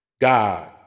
God